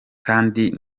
kandi